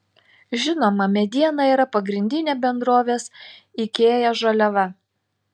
žinoma mediena yra pagrindinė bendrovės ikea žaliava